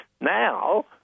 Now